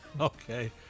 Okay